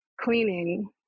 cleaning